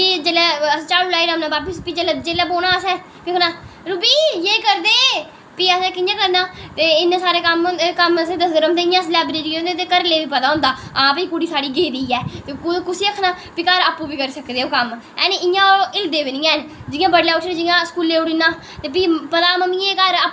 ते भी अस जेल्लै झाड़ू लाई लैने बापस भी जेल्लै बौह्ना असें रूबी यह करदे भी असें कियां करना ते इन्ने सारे कम्म करने ते इंया अस लाईब्रेरी गेदे घरा आह्लें गी पता होंदा आं भई कुड़ी साढ़ी गेदी ऐ कुसगी आक्खना ते भी घर आपूं बी करी सकने ओह् कम्म ऐ नी इंया ओह् हिल्लदे बी निं हैन जियां बड्डलै उठने अस स्कूलै गी चली जन्ने आं ते भी पता मम्मियै गी घर